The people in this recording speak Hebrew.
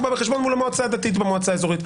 בא בחשבון מול המועצה הדתית במועצה האזורית,